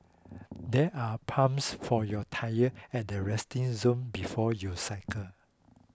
there are pumps for your tyre at the resting zone before you cycle